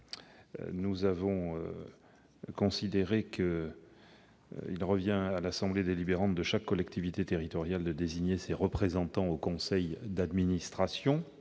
À nos yeux, il revient à l'assemblée délibérante de chaque collectivité territoriale de désigner ses représentants au sein du conseil d'administration